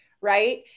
Right